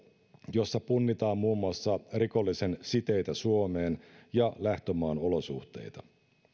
jossa punnitaan muun muassa rikollisen siteitä suomeen ja lähtömaan olosuhteita